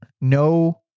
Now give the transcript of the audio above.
No